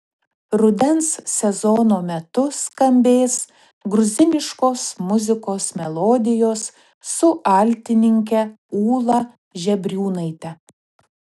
rudens sezono metu skambės gruziniškos muzikos melodijos su altininke ūla žebriūnaite